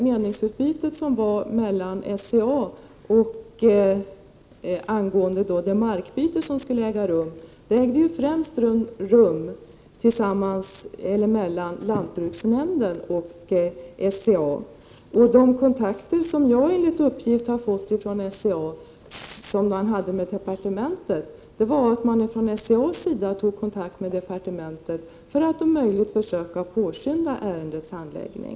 Meningsutbytet angående markbytet ägde främst rum mellan lantbruksnämnden och SCA. Enligt de uppgifter jag har fått från SCA bestod de kontakter med departementet som förekom i att SCA tog kontakt med departementet för att försöka påskynda ärendets handläggning.